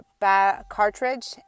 cartridge